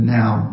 now